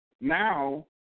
now